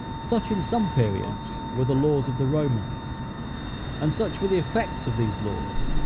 such, in some periods, were the laws of the romans and such were the effects of these laws,